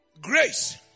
Grace